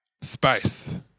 Space